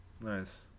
Nice